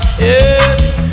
Yes